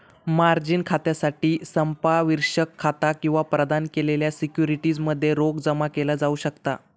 margin खात्यासाठी संपार्श्विक खाता किंवा प्रदान केलेल्या सिक्युरिटीज मध्ये रोख जमा केला जाऊ शकता